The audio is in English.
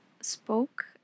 spoke